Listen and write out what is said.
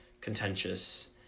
contentious